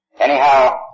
Anyhow